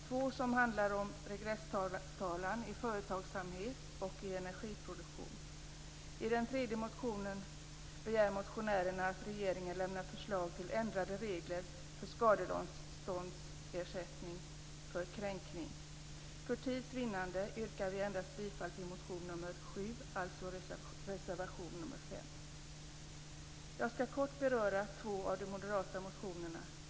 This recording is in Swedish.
Två motioner handlar om regresstalan i företagsamhet och i energiproduktion. I den tredje motionen begär motionärerna att regeringen skall lämna förslag till ändrade regler för skadeståndsersättning vid kränkning. För tids vinnande yrkar jag bifall endast till motion nr 7, alltså reservation nr 5. Jag skall kort beröra två av de moderata motionerna.